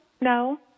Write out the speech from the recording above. no